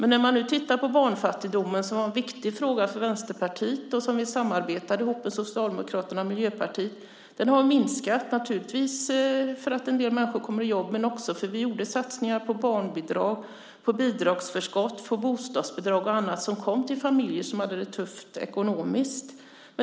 När man tittar på barnfattigdomen, som är en viktig fråga för Vänsterpartiet och som vi samarbetade med Socialdemokraterna och Miljöpartiet om, ser man att den har minskat. Naturligtvis beror det på att en del människor får jobb, men också på att vi gjorde satsningar på barnbidrag, bidragsförskott, bostadsbidrag och annat som kom till familjer som hade det tufft ekonomiskt.